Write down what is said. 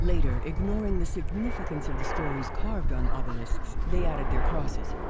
later, ignoring the significance of the stories carved on obelisks they added their crosses.